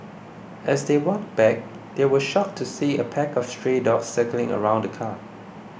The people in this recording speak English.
as they walked back they were shocked to see a pack of stray dogs circling around the car